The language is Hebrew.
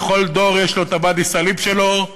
וכל דור יש לו הוואדי-סאליב שלו,